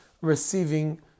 receiving